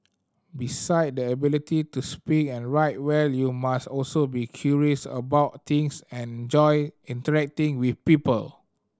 beside the ability to speak and write well you must also be curious about things and enjoy interacting with people